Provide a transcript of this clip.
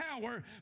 power